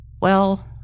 Well